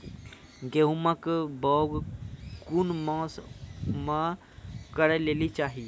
गेहूँमक बौग कून मांस मअ करै लेली चाही?